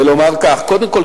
ולומר כך: קודם כול,